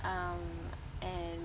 um and